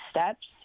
steps